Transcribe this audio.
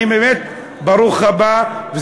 באמת ברוך הבא.